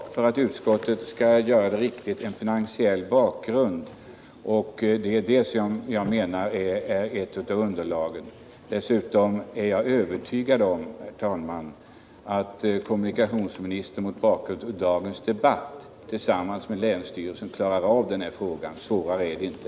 Herr talman! Utskottet måste också för att göra sitt arbete riktigt ta hänsyn till frågans finansiella bakgrund. Det är bl.a. i det avseendet som jag menar att vi behöver ett underlag. Dessutom är jag övertygad om, herr talman, att kommunikationsministern mot bakgrund av dagens debatt tillsammans med länsstyrelsen klarar av den här frågan. Svårare är den inte.